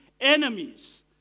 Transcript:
enemies